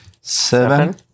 seven